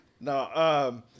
No